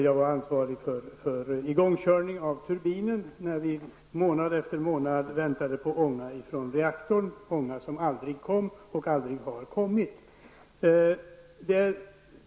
Jag var ansvarig för igångkörningen av turbinen när vi månad efter månad väntade på ånga från reaktorn, ånga som aldrig kom och aldrig har kommit.